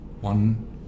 one